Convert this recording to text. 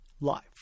life